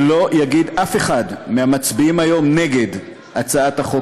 שלא יגיד אף אחד מהמצביעים היום נגד הצעת החוק